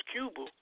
Cuba